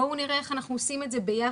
בואו נראה איך אנחנו עושים את זה ביחד.